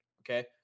Okay